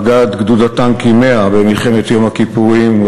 מג"ד גדוד הטנקים 100 במלחמת יום הכיפורים,